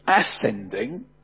ascending